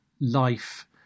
life